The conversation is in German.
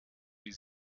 wie